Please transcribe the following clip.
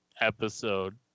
episode